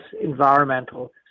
environmental